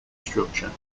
structure